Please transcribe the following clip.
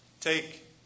take